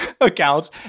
accounts